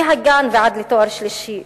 מהגן ועד לתואר שלישי.